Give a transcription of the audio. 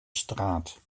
straat